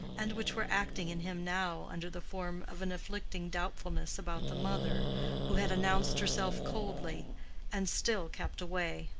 and which were acting in him now under the form of an afflicting doubtfulness about the mother who had announced herself coldly and still kept away.